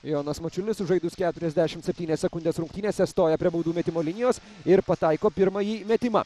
jonas mačiulis sužaidus keturiasdešimt septynias sekundes rungtynėse stoja prie baudų metimo linijos ir pataiko pirmąjį metimą